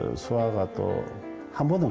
sort of at the camera.